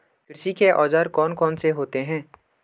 कृषि के औजार कौन कौन से होते हैं?